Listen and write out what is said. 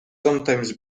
sometimes